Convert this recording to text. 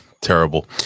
terrible